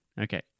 Okay